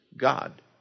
God